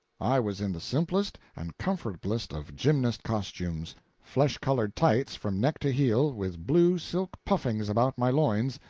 i was in the simplest and comfortablest of gymnast costumes flesh-colored tights from neck to heel, with blue silk puffings about my loins,